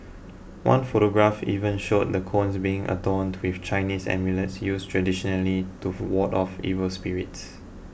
one photograph even showed the cones being adorned with Chinese amulets used traditionally to ward off evil spirits